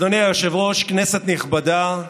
אדוני היושב-ראש, כנסת נכבדה,